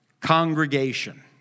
congregation